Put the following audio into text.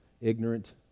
ignorant